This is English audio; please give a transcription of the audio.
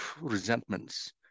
resentments